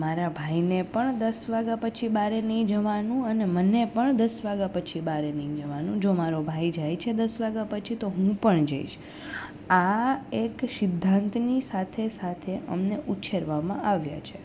મારા ભાઈને પણ દસ વાગ્યા પછી બહાર નહીં જવાનું અને મને પણ દસ વાગ્યા પછી બહાર નહીં જવાનું જો મારો ભાઈ જાય છે દસ વાગ્યા પછી તો હું પણ જઈશ આ એક સિદ્ધાંતની સાથે સાથે અમને ઉછેરવામાં આવ્યા છે